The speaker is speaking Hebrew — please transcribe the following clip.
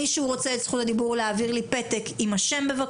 מי שרוצה את רשות הדיבור יעביר לי פתק עם שמו.